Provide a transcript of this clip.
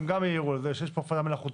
גם הם העירו על זה שיש פה הפרדה מלאכותית.